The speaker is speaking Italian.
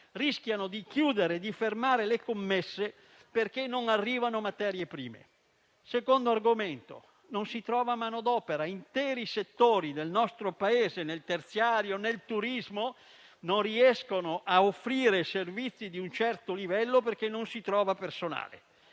rischiano di chiudere e di fermare le commesse, perché non arrivano materie prime. Secondo argomento: non si trova manodopera. Interi settori del nostro Paese, nel terziario e nel turismo, non riescono a offrire servizi di un certo livello, perché non si trova personale.